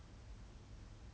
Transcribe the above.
that with the mod right